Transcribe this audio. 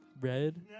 Red